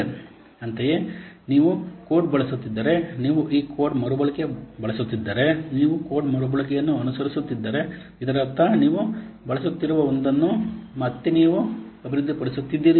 ಅಂತೆಯೇ ನೀವು ಕೋಡ್ ಬಳಸುತ್ತಿದ್ದರೆ ನೀವು ಈ ಕೋಡ್ ಮರುಬಳಕೆ ಬಳಸುತ್ತಿದ್ದರೆ ನೀವು ಕೋಡ್ ಮರುಬಳಕೆಯನ್ನು ಅನುಸರಿಸುತ್ತಿದ್ದರೆ ಇದರರ್ಥ ನೀವು ಬಳಸುತ್ತಿರುವ ಒಂದನ್ನು ನೀವು ಮತ್ತೆ ಮತ್ತೆ ಅಭಿವೃದ್ಧಿಪಡಿಸಿದ್ದೀರಿ ಎಂದು